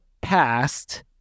past